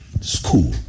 school